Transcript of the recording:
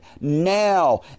now